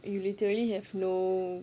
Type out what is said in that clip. you literally have no